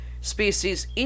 species